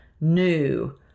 new